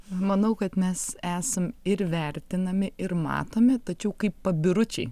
manau kad mes esam ir vertinami ir matomi tačiau kaip pabiručiai